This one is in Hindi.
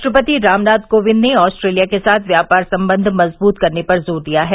राष्ट्रपति रामनाथ कोविंद ने ऑस्ट्रेलिया के साथ व्यापार संबंध मजबूत करने पर जोर दिया है